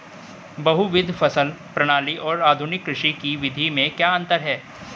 बहुविध फसल प्रणाली और आधुनिक कृषि की विधि में क्या अंतर है?